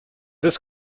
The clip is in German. ist